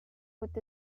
with